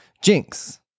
jinx